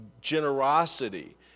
generosity